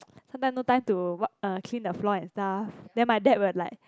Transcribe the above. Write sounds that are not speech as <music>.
<noise> sometime no time to what uh clean the floor and stuff then my dad will like